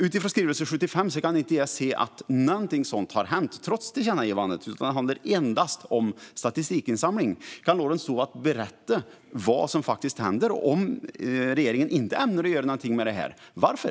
Utifrån skrivelse 75 kan jag inte se att någonting sådant har hänt, trots tillkännagivandet. Det handlar endast om statistikinsamling. Kan Lorentz Tovatt berätta vad som faktiskt händer? Och om regeringen inte ämnar göra någonting med det här - varför?